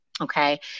Okay